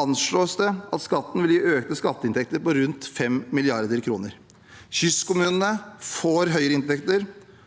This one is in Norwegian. anslås det at skatten vil gi økte skatteinntekter på rundt 5 mrd. kr. Kystkommunene får høyere inntekter,